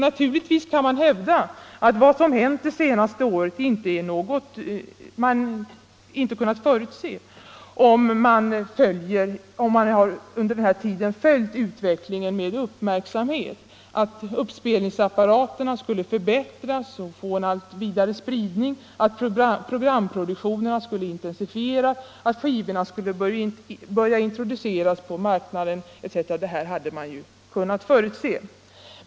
Naturligtvis kan man hävda att vad som hänt det senaste året är något som man kunnat förutse, om man följt utvecklingen med uppmärksamhet: att uppspelningsapparaterna skulle förbättras och få en allt vidare spridning, att programproduktionen skulle intensifieras, att skivorna skulle börja introduceras på marknaden etc. Detta hade man kunnat förutse.